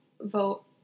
vote